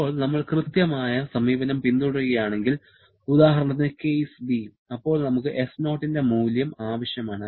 ഇപ്പോൾ നമ്മൾ കൃത്യമായ സമീപനം പിന്തുടരുകയാണെങ്കിൽ ഉദാഹരണത്തിന് കേസ് അപ്പോൾ നമുക്ക് s0 ന്റെ മൂല്യം ആവശ്യമാണ്